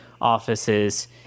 offices